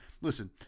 listen